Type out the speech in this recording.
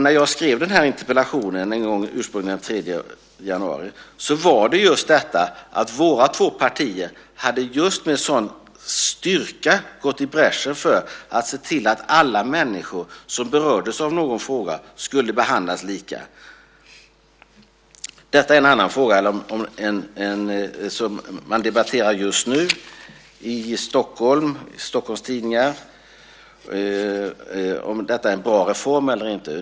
När jag skrev den här interpellationen ursprungligen, den 3 januari, var det just för att våra två partier med sådan styrka hade gått i bräschen för att se till att alla människor som berördes av någon fråga skulle behandlas lika. Detta är en annan fråga än den som debatteras just nu i Stockholmstidningar, om detta är en bra reform eller inte.